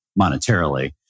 monetarily